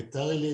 ביתר עילית,